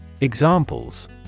Examples